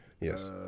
Yes